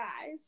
guys